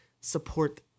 support